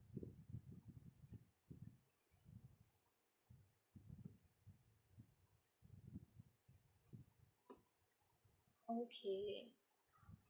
okay